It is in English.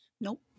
Nope